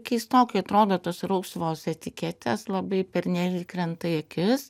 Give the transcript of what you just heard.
keistokai atrodo tos rausvos etiketės labai pernelyg krenta į akis